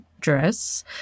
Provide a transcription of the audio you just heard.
dress